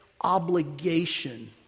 obligation